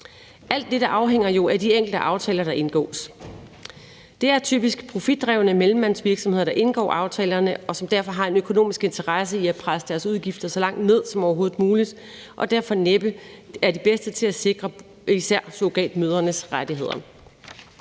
Alt dette afhænger jo af de enkelte aftaler, der indgås. Det er typisk profitdrevne mellemmandsvirksomheder, der indgår aftalerne, og som derfor har en økonomisk interesse i at presse deres udgifter så langt ned som overhovedet muligt og derfor næppe er de bedste til at sikre især surrogatmødrenes rettigheder.